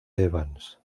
evans